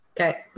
Okay